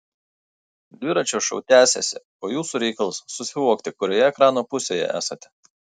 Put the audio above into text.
dviračio šou tęsiasi o jūsų reikalas susivokti kurioje ekrano pusėje esate